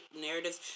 narratives